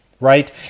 Right